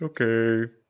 Okay